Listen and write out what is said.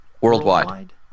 worldwide